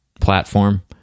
platform